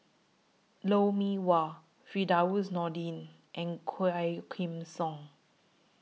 Lou Mee Wah Firdaus Nordin and Quah Kim Song